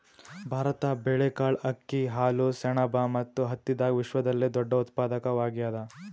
ಭಾರತ ಬೇಳೆಕಾಳ್, ಅಕ್ಕಿ, ಹಾಲು, ಸೆಣಬು ಮತ್ತು ಹತ್ತಿದಾಗ ವಿಶ್ವದಲ್ಲೆ ದೊಡ್ಡ ಉತ್ಪಾದಕವಾಗ್ಯಾದ